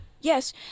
Yes